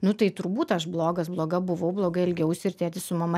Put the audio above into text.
nu tai turbūt aš blogas bloga buvau blogai elgiausi ir tėtis su mama